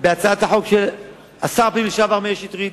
בהצעת החוק של שר הפנים לשעבר מאיר שטרית,